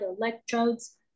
electrodes